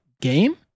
game